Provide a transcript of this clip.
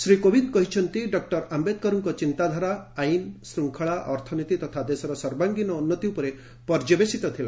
ଶ୍ରୀ କୋବିନ୍ଦ କହିଛନ୍ତି ଡକ୍ଟର ଆମ୍ବେଦକରଙ୍କ ଚିନ୍ତାଧାରା ଆଇନ ଶୃଙ୍ଖଳା ଅର୍ଥନୀତି ତଥା ଦେଶର ସର୍ବାଙ୍ଗୀନ ଉନ୍ନତି ଉପରେ ପର୍ଯ୍ୟବସିତ ଥିଲା